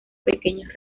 pequeños